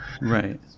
Right